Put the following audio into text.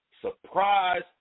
Surprise